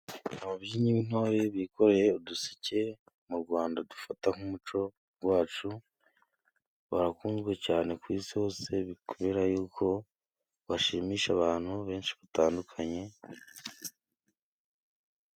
Ababyinnyi b'intore bikoreye uduseke，mu Rwanda dufata nk'umuco wacu， barakunzwe cyane ku isi hose， kubera yuko bashimisha abantu benshi batandukanye.